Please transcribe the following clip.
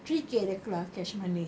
three K dia keluar cash money